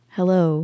Hello